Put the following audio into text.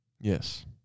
yes